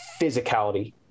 physicality